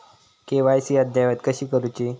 KYC अद्ययावत कशी करुची?